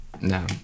No